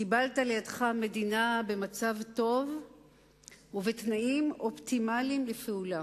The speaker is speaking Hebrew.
קיבלת לידיך מדינה במצב טוב ובתנאים אופטימליים לפעולה.